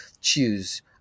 choose